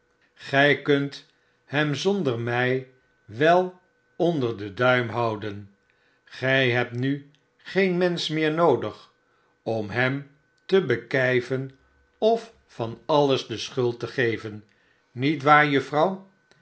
gij kunt hem zonder mij wel onder den duim houden gij hebt nu geen mensch meer noodig om hem te bekijven of van alles de schuld te geven niet waar